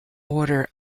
order